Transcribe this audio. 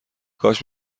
کاش